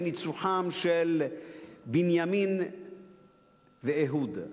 בניצוחם של בנימין ואהוד,